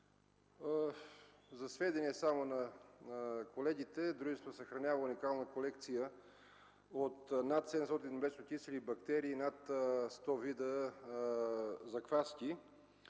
За сведение на колегите, дружеството съхранява уникална колекция от над 700 млечно кисели бактерии и над 100 вида закваски.